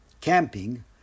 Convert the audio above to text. camping